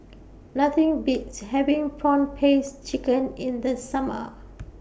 Nothing Beats having Prawn Paste Chicken in The Summer